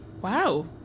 Wow